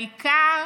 העיקר